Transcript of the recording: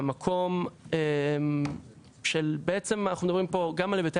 מהמקום שאנחנו מדברים פה גם על היבטי